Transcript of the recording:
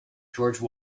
george